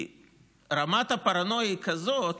כי רמת הפרנויה היא כזאת